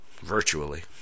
virtually